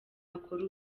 akore